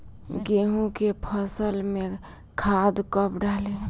गेहूं के फसल में खाद कब डाली?